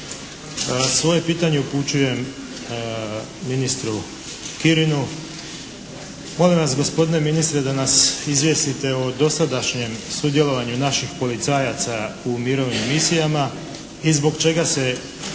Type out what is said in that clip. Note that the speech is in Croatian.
Svoje pitanje upućujem ministru Kirinu. Molim vas gospodine ministre da nas izvijestite o dosadašnjem sudjelovanju naših policajaca u mirovnim misijama i zbog čega se